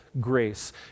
grace